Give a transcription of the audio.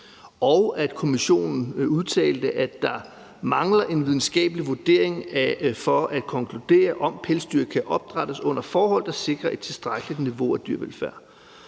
og at Kommissionen udtalte, at der mangler en videnskabelig vurdering for at konkludere, om pelsdyr kan opdrættes under forhold, der sikrer et tilstrækkeligt niveau af dyrevelfærd.